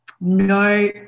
no